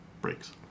breaks